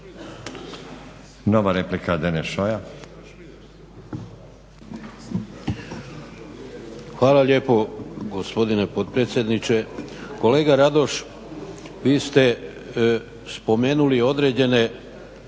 Nova replika Deneš Šoja.